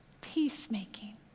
Peacemaking